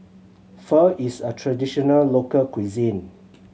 pho is a traditional local cuisine